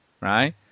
right